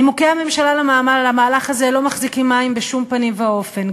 נימוקי הממשלה למהלך הזה לא מחזיקים מים בשום פנים ואופן.